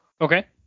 okay